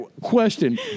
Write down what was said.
question